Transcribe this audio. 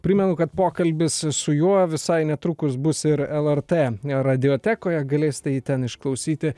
primenu kad pokalbis su juo visai netrukus bus ir lrt radiotekoje galėsite jį ten išklausyti